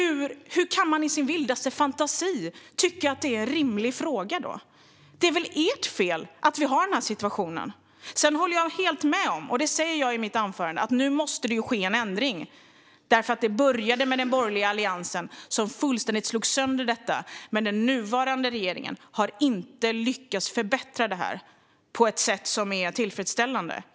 Hur kan man i sin vildaste fantasi tycka att det är en rimlig fråga? Det är väl ert fel att vi har den här situationen. Sedan håller jag helt med om - och det säger jag i mitt anförande - att det nu måste ske en ändring. Det började med den borgerliga alliansen som fullständigt slog sönder detta, men den nuvarande regeringen har inte lyckats genomföra en förbättring på ett sätt som är tillfredsställande.